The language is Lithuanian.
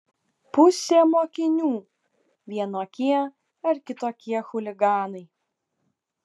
pusė mokinių vienokie ar kitokie chuliganai